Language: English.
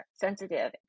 sensitive